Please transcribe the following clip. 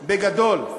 בגדול,